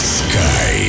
sky